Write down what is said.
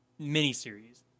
miniseries